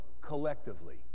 collectively